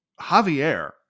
Javier